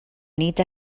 nit